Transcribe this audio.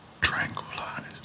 tranquilized